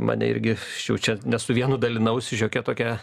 mane irgi aš jau čia ne su vienu dalinausi šiokia tokia